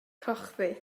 gochddu